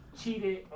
cheated